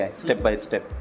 step-by-step